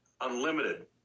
unlimited